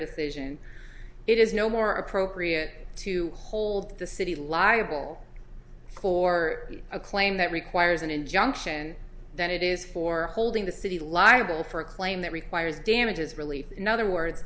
deflation it is no more appropriate to hold the city liable for a claim that requires an injunction than it is for holding the city liable for a claim that requires damages relief no other words